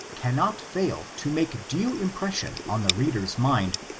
cannot fail to make due impression on the reader's mind,